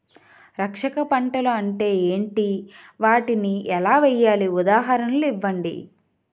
రక్షక పంటలు అంటే ఏంటి? వాటిని ఎలా వేయాలి? ఉదాహరణలు ఇవ్వండి?